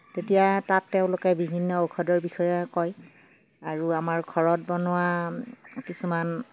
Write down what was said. তেতিয়া তাত তেওঁলোকে বিভিন্ন ঔষধৰ বিষয়ে কয় আৰু আমাৰ ঘৰত বনোৱা কিছুমান